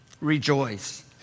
Rejoice